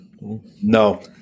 No